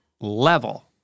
level